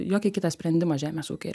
jokį kitą sprendimą žemės ūkyje